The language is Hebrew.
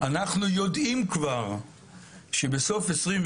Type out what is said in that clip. אנחנו יודעים כבר שבסוף 2022